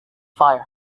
fire